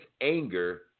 anger